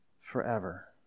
forever